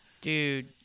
Dude